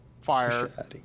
fire